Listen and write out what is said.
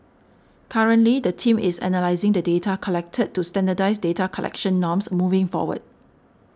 currently the team is analysing the data collected to standardise data collection norms moving forward